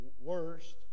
worst